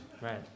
Right